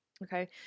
Okay